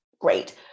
great